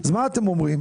אז מה אתם אומרים?